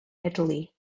italy